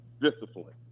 discipline